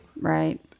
Right